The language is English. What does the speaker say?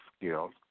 skills